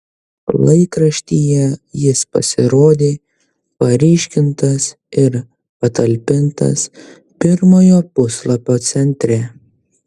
laikraštyje jis pasirodė paryškintas ir patalpintas pirmojo puslapio centre